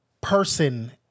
person